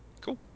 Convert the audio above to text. Cool